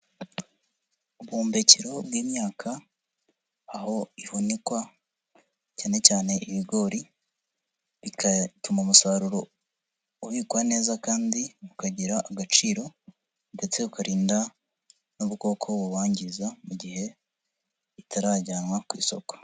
Ubuhumbekero bw'imyaka, aho ihunikwa cyane cyane ibigori, bigatuma umusaruro ubikwa neza kandi ukagira agaciro, ndetse ukarinda n'ubukoko buwangiza mu gihe utarajyanwa ku isoko.